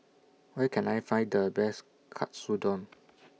Where Can I Find The Best Katsudon